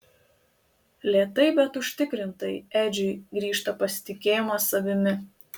lėtai bet užtikrintai edžiui grįžta pasitikėjimas savimi